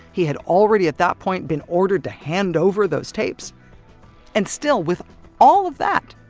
he had already, at that point, been ordered to hand over those tapes and still, with all of that,